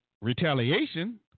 retaliation